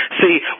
See